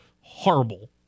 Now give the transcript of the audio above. horrible